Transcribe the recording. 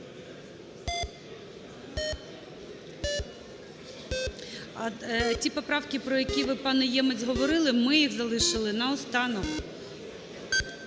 Ті поправки, про які ви, пане Ємець, говорили, ми їх залишили наостанок.